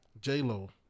J-Lo